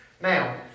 Now